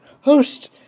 host